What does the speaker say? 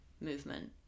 movement